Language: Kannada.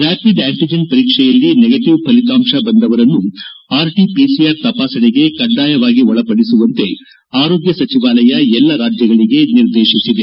ರ್ಯಾಪಿಡ್ ಆಂಟಿಜೆನ್ ಪರೀಕ್ಷೆಯಲ್ಲಿ ನೆಗೆಟಿವ್ ಫಲಿತಾಂಶ ಬಂದವರನ್ನು ಆರ್ಟಿ ಪಿಸಿಆರ್ ತಪಾಸಣೆಗೆ ಕೆಡ್ಲಾಯವಾಗಿ ಒಳಪದಿಸುವಂತೆ ಆರೋಗ್ಯ ಸಚಿವಾಲಯ ಎಲ್ಲ ರಾಜ್ಯಗಳಿಗೆ ನಿರ್ದೇಶಿಸಿದೆ